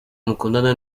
mukundana